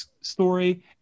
story